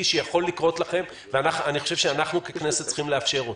שיכול לקרות לכם ואני חושב שאנחנו ככנסת צריכים לאפשר אותו.